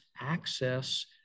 access